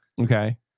Okay